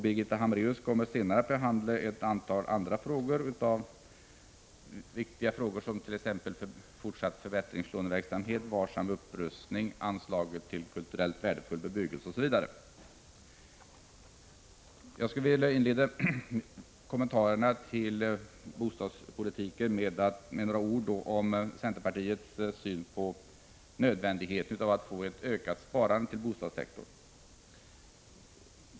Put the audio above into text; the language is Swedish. Birgitta Hambraeus kommer senare att behandla ett antal andra viktiga frågor, t.ex. fortsatt förbättringslåneverksamhet, varsam upprustning och anslag till kulturellt värdefull bebyggelse. Jag skulle vilja inleda kommentarerna till bostadspolitiken med några ord om centerpartiets syn på nödvändigheten av att få ett ökat sparande på bostadssektorn.